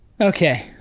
Okay